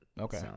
Okay